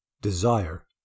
Desire